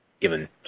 given